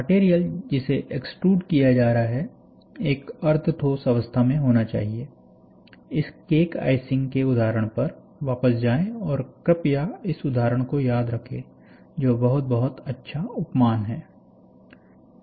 material जिसे extruded किया जा रहा है एक अर्ध ठोस अवस्था में होना चाहिए इस केक आइसिंग उदाहरण पर वापस जाएं और कृपया इस उदाहरण को याद रखें जो बहुत बहुत अच्छा उपमान है